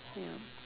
ya